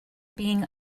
being